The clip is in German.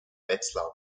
wetzlar